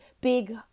big